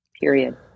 period